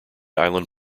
island